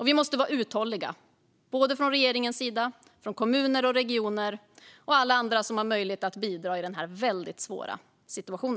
Vi måste vara uthålliga, både regeringen och kommuner, regioner och alla andra som har möjlighet att bidra i denna väldigt svåra situation.